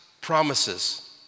promises